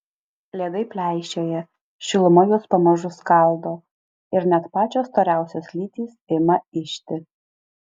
ledai pleišėja šiluma juos pamažu skaldo ir net pačios storiausios lytys ima ižti